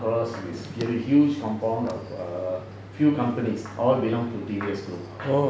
across this very huge compound of err few companies all belong to T_B_S group